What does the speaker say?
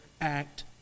act